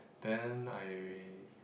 then I